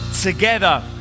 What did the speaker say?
together